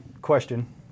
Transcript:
question